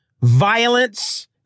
violence